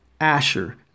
Asher